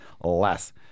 less